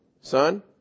son